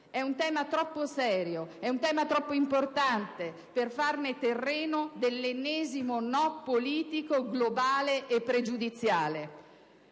È un tema troppo serio, è un tema troppo importante per farne terreno dell'ennesimo «no» politico globale e pregiudiziale.